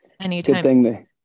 anytime